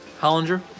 Hollinger